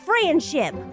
friendship